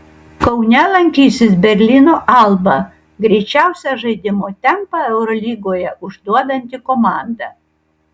kaune lankysis berlyno alba greičiausią žaidimo tempą eurolygoje užduodanti komanda